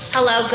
Hello